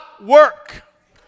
work